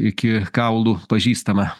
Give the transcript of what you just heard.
iki kaulų pažįstama